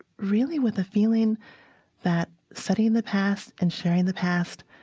really with the feeling that studying the past and sharing the past